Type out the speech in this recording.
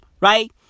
right